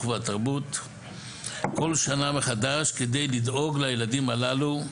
והתרבות כל שנה מחדש כדי לדאוג לילדים הללו,